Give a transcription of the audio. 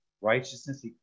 righteousness